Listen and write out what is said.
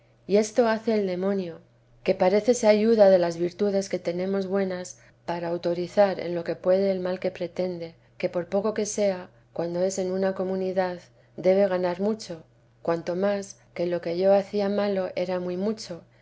y esto hace el demonio que paos vida de la santa madre rece se ayuda de las virtudes que tenemos buenas para autorizar en lo que puede el mal que pretende que por poco que sea cuando es en una comunidad debe ganar mucho cuanto más que lo que yo hacía malo era muy mucho